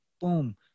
boom